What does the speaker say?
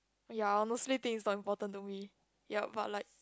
ya honestly think it's not important to me ya but like